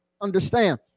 understand